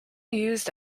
used